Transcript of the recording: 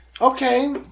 Okay